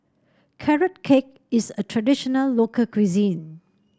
Carrot Cake is a traditional local cuisine